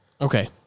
Okay